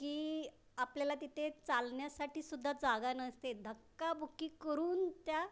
की आपल्याला तिथे चालण्यासाठीसुद्धा जागा नसते धक्काबुक्की करून त्या